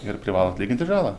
ir privalo atlyginti žalą